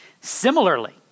Similarly